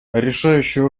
решающую